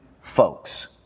folks